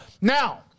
Now